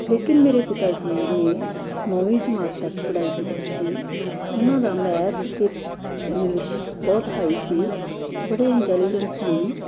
ਲੇਕਿਨ ਮੇਰੇ ਪਿਤਾ ਜੀ ਨੇ ਨੌਵੀਂ ਜਮਾਤ ਤੱਕ ਪੜ੍ਹਾਈ ਕੀਤੀ ਸੀ ਉਹਨਾਂ ਦਾ ਮੈਥ ਅਤੇ ਇੰਗਲਿਸ਼ ਬਹੁਤ ਹਾਈ ਸੀ ਬੜੇ ਇੰਟੈਲੀਜੈਂਟ ਸਨ